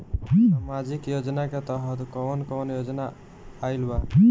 सामाजिक योजना के तहत कवन कवन योजना आइल बा?